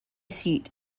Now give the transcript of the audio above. seat